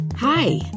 Hi